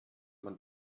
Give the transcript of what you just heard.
man